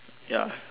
ya